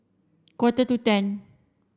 quarter to ten